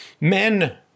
Men